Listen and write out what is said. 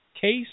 case